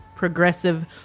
progressive